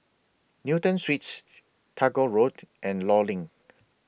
Newton Suites Tagore Road and law LINK